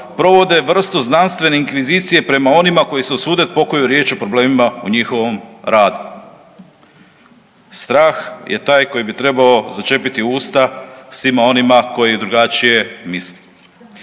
provode vrstu znanstvene inkvizicije prema onima koji se usude pokoju riječ o problemima u njihovom radu. Strah je taj koji bi trebao začepiti usta svima onima koji drugačije misle.